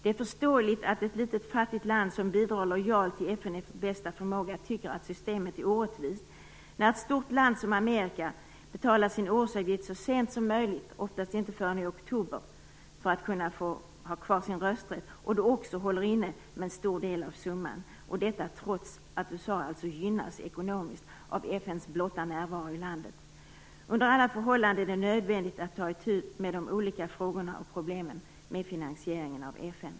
Det är förståeligt att ett litet fattigt land, som lojalt bidrar till FN efter bästa förmåga, tycker att systemet är orättvist när ett stort land som USA betalar sin årsavgift så sent som möjligt för att få behålla sin rösträtt, oftast inte förrän i oktober, och även håller inne med en stor del av summan, detta trots att USA gynnas ekonomiskt av FN:s blotta närvaro i landet. Under alla förhållanden är det nödvändigt att ta itu med de olika frågorna och problemen med finansieringen av FN.